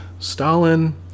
Stalin